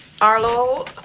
Arlo